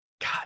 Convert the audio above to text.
God